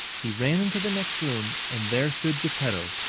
he ran into the next room, and there stood geppetto,